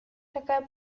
такая